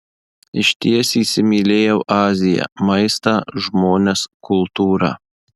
išties įsimylėjau aziją maistą žmones kultūrą